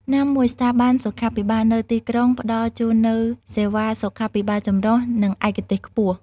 ណាមួយ ស្ថាប័នសុខាភិបាលនៅទីក្រុងផ្តល់ជូននូវ សេវាសុខាភិបាលចម្រុះ និងឯកទេសខ្ពស់។